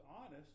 honest